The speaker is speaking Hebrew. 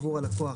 בעבור הלקוח,